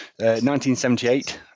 1978